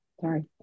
Sorry